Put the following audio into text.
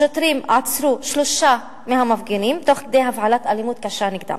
השוטרים עצרו שלושה מהמפגינים תוך הפעלת אלימות קשה נגדם.